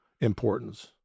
importance